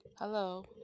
hello